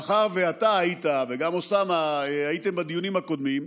מאחר שאתה וגם אוסאמה הייתם בדיונים הקודמים,